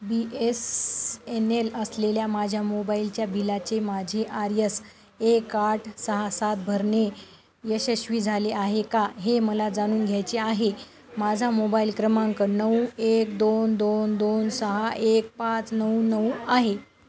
बी S N L असलेल्या माझ्या मोबाईलच्या बिलाचे माझे आर यस एक आठ सहा सात भरणे यशस्वी झाले आहे का हे मला जाणून घ्यायचे आहे माझा मोबाईल क्रमांक नऊ एक दोन दोन दोन सहा एक पाच नऊ नऊ आहे